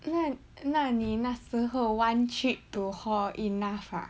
那那你那时候 one trip to hall enough ah